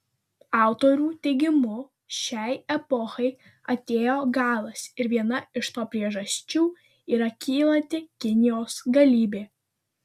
autorių teigimu šiai epochai atėjo galas ir viena iš to priežasčių yra kylanti kinijos galybė